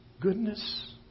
goodness